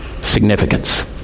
significance